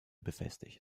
befestigt